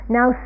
Now